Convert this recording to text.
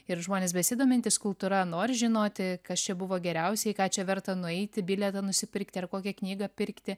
ir žmonės besidomintys kultūra nori žinoti kas čia buvo geriausiai ką čia verta nueiti bilietą nusipirkti ar kokią knygą pirkti